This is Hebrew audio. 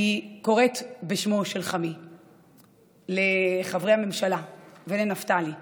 אני קוראת בשמו של חמי לחברי הממשלה ולנפתלי: